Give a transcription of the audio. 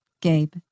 Gabe